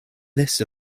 list